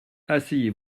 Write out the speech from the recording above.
asseyez